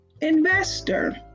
investor